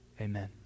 Amen